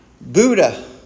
Buddha